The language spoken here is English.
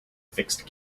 fixed